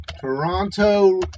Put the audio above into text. Toronto